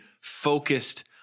focused